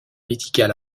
médical